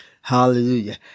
Hallelujah